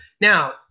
Now